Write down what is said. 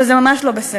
אבל זה ממש לא בסדר